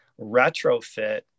retrofit